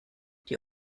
die